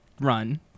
run